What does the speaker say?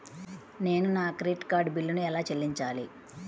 నేను నా credit card బిల్లును ఎలా చెల్లించాలీ?